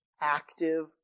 active